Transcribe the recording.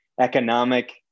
economic